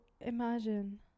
imagine